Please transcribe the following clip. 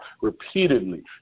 repeatedly